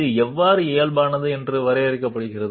ఇది నార్మల్ అని ఎలా నిర్వచించబడింది